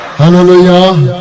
Hallelujah